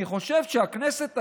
אני חושב שהכנסת הזאת,